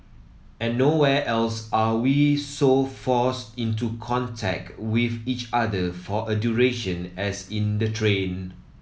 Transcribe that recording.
and nowhere else are we so forced into contact with each other for a duration as in the train